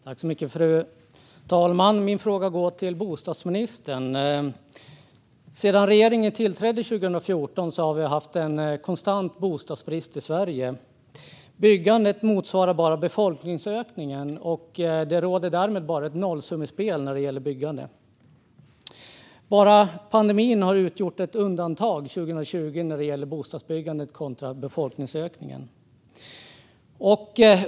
Fru talman! Min fråga går till bostadsministern. Sedan regeringen tillträdde 2014 har vi haft en konstant bostadsbrist i Sverige. Byggandet motsvarar bara befolkningsökningen. Det råder därmed bara ett nollsummespel vad gäller byggande. Bara pandemin har utgjort ett undantag 2020 när det gäller bostadsbyggandet kontra befolkningsökningen.